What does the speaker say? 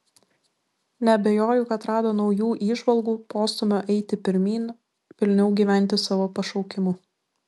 neabejoju kad rado naujų įžvalgų postūmio eiti pirmyn pilniau gyventi savo pašaukimu